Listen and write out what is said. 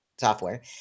software